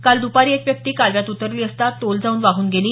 काल द्रपारी एक व्यक्ती कालव्यात उतरली असता तोल जाऊन वाहून गेली